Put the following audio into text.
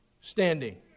standing